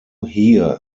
hier